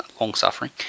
long-suffering